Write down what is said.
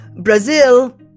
Brazil